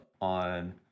on